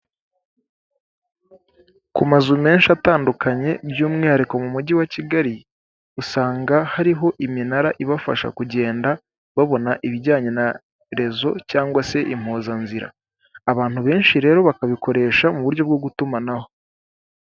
Ku mazu menshi atandukanye by'umwihariko mu mujyi wa Kigali usanga hariho iminara ibafasha kugenda babona ibijyanye na rezo cyangwa se impuzanzira, abantu benshi rero bakabikoresha mu buryo bwo gutumanaho.